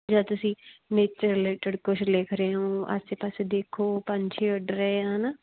ਜਾਂ ਤੁਸੀਂ nature related ਕੁਛ ਲਿਖ ਰਹੇ ਹੋ ਆਸੇ ਆਪੇ ਦੇਖੋ ਪੰਛੀ ਉੱਡ ਰਹੇ ਆ ਹੈ ਨਾ